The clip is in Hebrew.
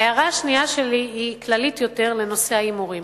ההערה השנייה שלי היא כללית יותר לנושא ההימורים.